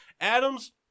Adams